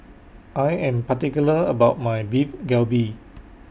I Am particular about My Beef Galbi